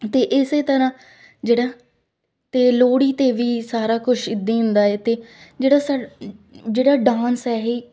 ਅਤੇ ਇਸ ਤਰ੍ਹਾਂ ਜਿਹੜਾ ਅਤੇ ਲੋਹੜੀ 'ਤੇ ਵੀ ਸਾਰਾ ਕੁਛ ਇੱਦਾਂ ਈ ਹੁੰਦਾ ਏ ਅਤੇ ਜਿਹੜਾ ਸ ਜਿਹੜਾ ਡਾਂਸ ਹੈ ਇਹ